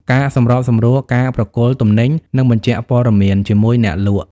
ការសម្របសម្រួលការប្រគល់ទំនិញ និងបញ្ជាក់ព័ត៌មាន ជាមួយអ្នកលក់។